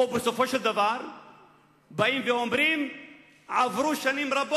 ושאין להם רזרבה